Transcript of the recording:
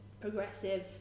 progressive